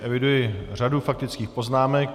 Eviduji řadu faktických poznámek.